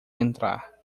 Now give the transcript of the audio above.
entrar